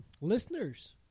listeners